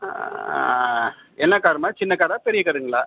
என்ன கார்மா சின்ன கார் பெரிய காருங்களா